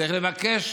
צריך לבקש.